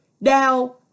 Now